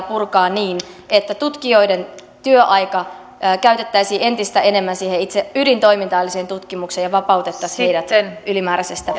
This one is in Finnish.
purkaa niin että tutkijoiden työaikaa käytettäisiin entistä enemmän siihen itse ydintoimintaan eli siihen tutkimukseen ja vapautettaisiin heidät ylimääräisestä